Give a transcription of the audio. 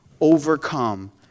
overcome